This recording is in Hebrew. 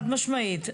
חד משמעית,